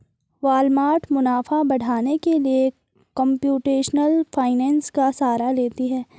Walmart मुनाफा बढ़ाने के लिए कंप्यूटेशनल फाइनेंस का सहारा लेती है